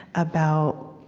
about